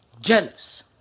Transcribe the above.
jealous